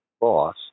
boss